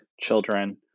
children